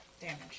damage